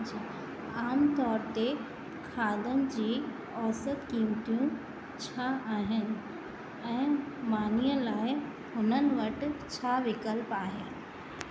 आमतौर ते खाधनि जी औसत कीमतूं छा आहिनि ऐं मानीअ लाइ हुननि वटि छा विकल्प आहे